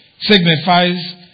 signifies